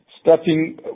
starting